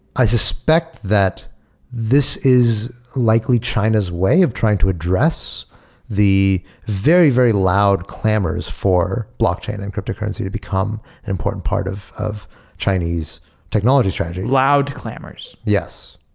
i suspect that this is likely china's way of trying to address the very, very loud clamors for blockchain in crypto currency to become an important part of of chinese technology strategy loud clamors yes.